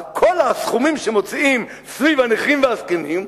אז כל הסכומים שמוציאים סביב הנכים והזקנים,